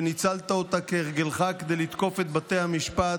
שניצלת אותה כהרגלך כדי לתקוף את בתי המשפט,